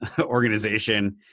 organization